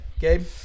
Gabe